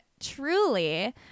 truly